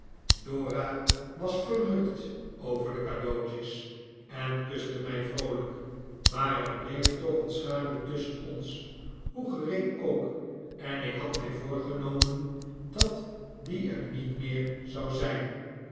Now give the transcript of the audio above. dora was verrukt over de cadeautjes en kuste mij vroolijk maar er bleef toch een schaduw tusschen ons hoe gering ook en ik had mij voorgenomen dat die er niet meer zou zijn